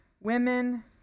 women